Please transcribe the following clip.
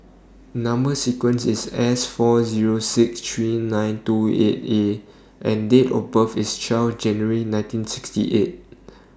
Number sequence IS S four Zero six three nine two eight A and Date of birth IS twelve January nineteen sixty eight